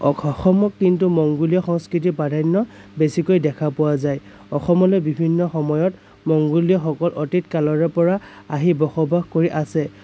অসমত কিন্তু মংগোলীয় সংস্কৃতিৰ প্ৰাধান্য বেছিকৈ দেখা পোৱা যায় অসমলৈ বিভিন্ন সময়ত মংগোলীয়সকল অতীত কালৰেপৰা আহি বসবাস কৰি আছে